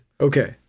Okay